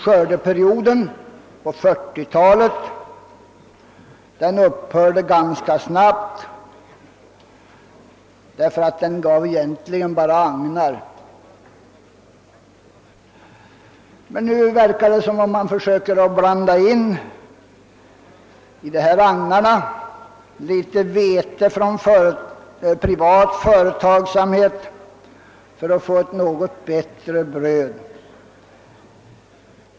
Skördeperioden på 1940-talet upphörde ganska snabbt, eftersom den egentligen bara gav agnar. Nu verkar det som om man i agnarna försöker blanda in litet vete från privat företagsamhet för att få ett något bättre bröd.